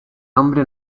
nombre